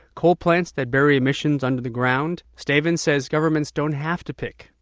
coal plants that bury emissions underground? stavins says governments don't have to pick.